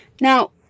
Now